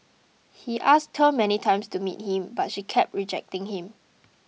he asked her many times to meet him but she kept rejecting him